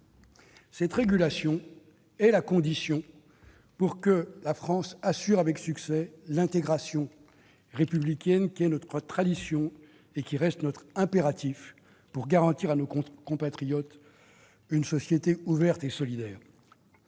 Cette régulation est la condition pour que la France assure avec succès l'intégration républicaine, qui est notre tradition et reste notre impératif pour garantir à nos compatriotes une société ouverte et solidaire.